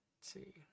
see